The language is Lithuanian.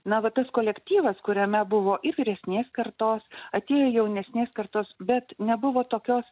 na va tas kolektyvas kuriame buvo ir vyresnės kartos atėję jaunesnės kartos bet nebuvo tokios